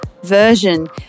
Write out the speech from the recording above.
version